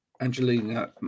angelina